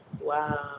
wow